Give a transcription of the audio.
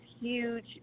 huge